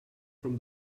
from